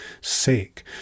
sake